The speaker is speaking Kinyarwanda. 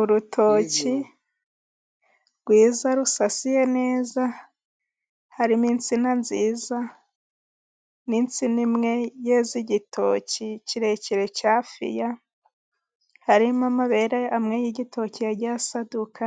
Urutoki rwiza rusasiye neza harimo insina nziza, n'insine imwe yeze igitoki kirekire cya hafiya, harimo amabere amwe y'igitoki asaduka